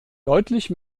deutlich